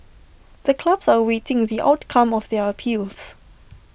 the clubs are awaiting the outcome of their appeals